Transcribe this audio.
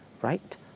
Right